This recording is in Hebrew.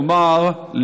נאמר,